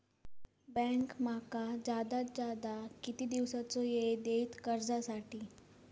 Bank माका जादात जादा किती दिवसाचो येळ देयीत कर्जासाठी?